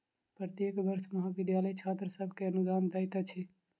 प्रत्येक वर्ष महाविद्यालय छात्र सभ के अनुदान दैत अछि